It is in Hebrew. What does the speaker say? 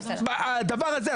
הדבר הזה,